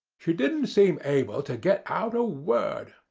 she didn't seem able to get out a word.